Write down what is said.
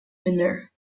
winner